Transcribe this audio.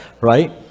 right